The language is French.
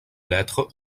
lettres